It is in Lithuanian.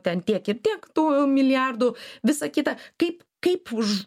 ten tiek ir tiek tų milijardų visa kita kaip kaip už